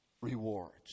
rewards